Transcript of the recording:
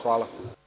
Hvala.